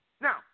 Now